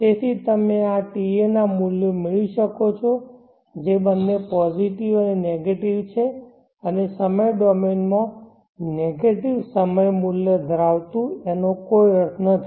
તેથી તમે ta ના મૂલ્યો મેળવી શકો છો જે બંને પોઝિટિવ અને નેગેટિવ છે અને સમય ડોમેનમાં નેગેટિવ સમય મૂલ્ય ધરાવવું એનો કોઈઅર્થ નથી